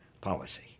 policy